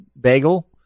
bagel